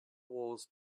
wars